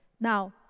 Now